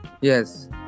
Yes